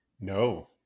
No